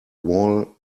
wall